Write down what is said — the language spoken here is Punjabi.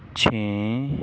ਛੇ